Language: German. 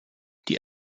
die